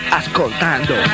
ascoltando